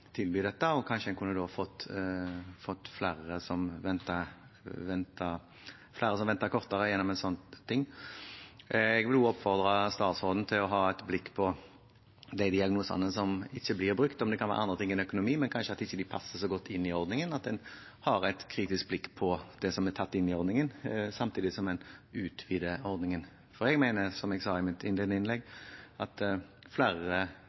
dette, og kanskje en da kunne fått flere som venter kortere gjennom en sånn ting. Jeg vil også oppfordre statsråden til å ha et blikk på de diagnosene som ikke blir brukt, om det kan være andre ting enn økonomi, og at de kanskje ikke passer så godt inn i ordningen – at en har et kritisk blikk på det som er tatt inn i ordningen, samtidig som en utvider ordningen. Jeg mener, som jeg sa i mitt innledende innlegg, at flere